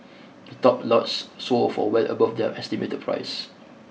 the top lots sold for well above their estimated price